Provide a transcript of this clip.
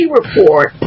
report